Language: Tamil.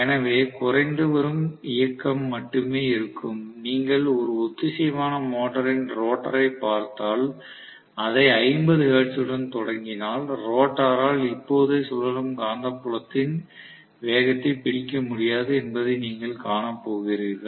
எனவே குறைந்து வரும் இயக்கம் மட்டுமே இருக்கும் நீங்கள் ஒரு ஒத்திசைவான மோட்டரின் ரோட்டரைப் பார்த்தால் அதை 50 ஹெர்ட்ஸுடன் தொடங்கினால் ரோட்டாரால் இப்போதே சுழலும் காந்தப்புலத்தின் வேகத்தை பிடிக்க முடியாது என்பதை நீங்கள் காணப் போகிறீர்கள்